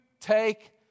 take